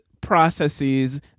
processes